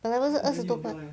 本来不是二十多个